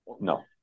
No